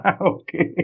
okay